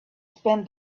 spent